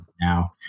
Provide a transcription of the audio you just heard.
now